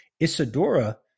Isadora